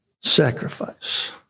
sacrifice